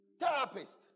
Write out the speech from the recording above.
therapist